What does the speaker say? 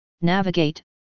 navigate